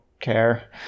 Care